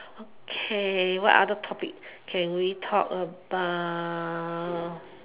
okay what other topic can we talk about